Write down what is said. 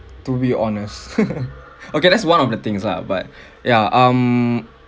to be honest okay that's one of the things lah but yeah um